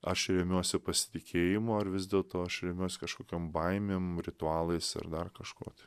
aš remiuosi pasitikėjimu ar vis dėlto aš remiuosi kažkokiom baimėm ritualais ar dar kažkuo tai